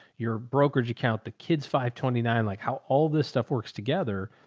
your brokerage account, the kids five twenty nine, like how all this stuff works together.